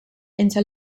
into